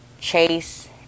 Chase